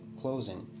closing